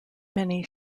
many